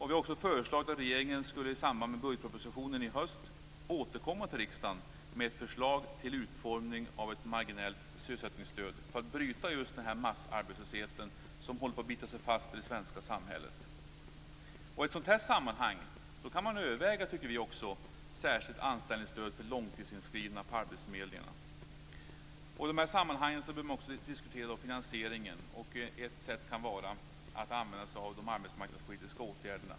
Vi har också föreslagit att regeringen i samband med budgetpropositionen i höst återkommer till riksdagen med ett förslag till utformning av ett marginellt sysselsättningsstöd; just för att bryta den massarbetslöshet som håller på att bita sig fast i det svenska samhället. I det sammanhanget kan man, tycker vi, också överväga ett särskilt anställningsstöd till långtidsinskrivna på arbetsförmedlingarna. Då bör man också diskutera finansieringen. Ett sätt kan vara att använda sig av de arbetsmarknadspolitiska åtgärderna.